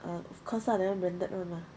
err of course lah that one branded [one] mah